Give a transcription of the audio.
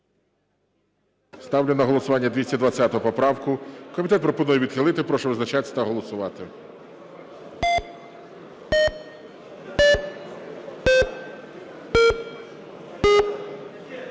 Ставлю на голосування 220 поправку. Комітет пропонує відхилити. Прошу визначатись та голосувати.